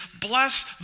Bless